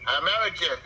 American